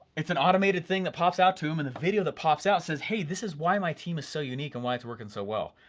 it's an automated thing that pops out to em and the video that pops out says, hey, this is why my team is so unique and why it's working so well.